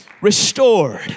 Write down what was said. restored